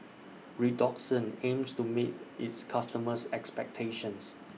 Redoxon aims to meet its customers' expectations